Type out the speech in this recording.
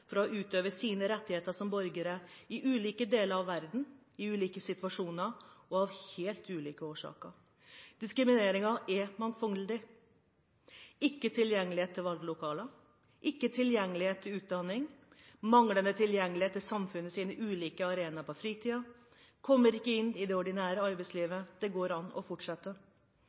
fra å utøve sine rettigheter som borgere i ulike deler av verden, i ulike situasjoner og av helt ulike årsaker. Diskriminering er mangfoldig: ikke tilgjengelighet til valglokaler, ikke tilgjengelighet til utdanning, manglende tilgjengelighet til samfunnets ulike arenaer på fritiden, man kommer ikke inn i det ordinære arbeidslivet – det går an å fortsette